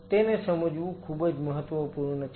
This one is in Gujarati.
તેને સમજવું ખૂબ જ મહત્વપૂર્ણ છે